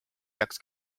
peaks